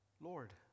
Lord